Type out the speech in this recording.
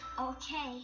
Okay